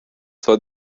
zwar